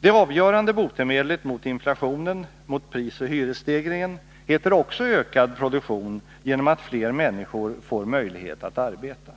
Det avgörande botemedlet mot inflationen, mot prisoch hyresstegringen, heter också ökad produktion genom att fler människor får möjlighet att arbeta.